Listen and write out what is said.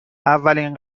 اولین